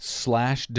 slash